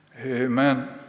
Amen